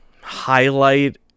highlight